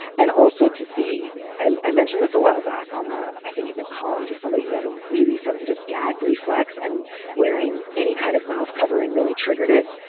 and also to see i mentioned this a while back on the i think in the column to somebody who had a really sensitive gag reflex and wearing any kind of mouth covering really triggered it.